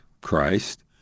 Christ